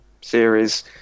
series